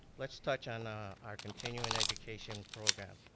let's touch on our continuing education program.